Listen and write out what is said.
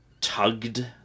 tugged